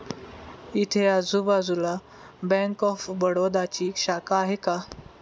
इथे आजूबाजूला bank of बडोदाची शाखा आहे का?